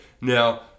Now